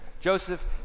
Joseph